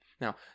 Now